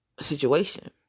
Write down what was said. situation